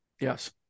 Yes